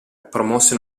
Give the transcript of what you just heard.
promosse